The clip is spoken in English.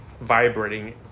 vibrating